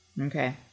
Okay